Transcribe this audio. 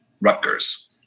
Rutgers